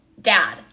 dad